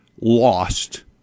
lost